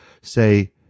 say